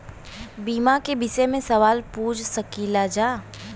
बीमा के विषय मे सवाल पूछ सकीलाजा?